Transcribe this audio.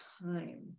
time